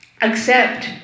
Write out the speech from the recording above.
accept